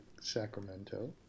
Sacramento